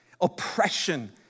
oppression